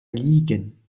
liegen